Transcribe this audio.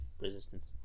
resistance